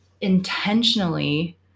intentionally –